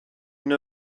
une